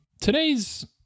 Today's